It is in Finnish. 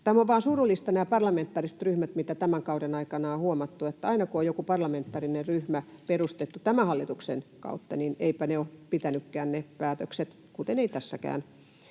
Tämä vain on surullista, mitä tämän kauden aikana on huomattu, että aina kun on joku parlamentaarinen ryhmä perustettu tämän hallituksen kautta, niin eivätpä ole pitäneetkään ne päätökset, kuten ei tässäkään